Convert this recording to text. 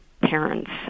parents